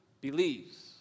believes